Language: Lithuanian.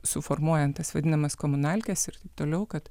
suformuojant tas vadinamas komunalkes ir toliau kad